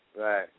Right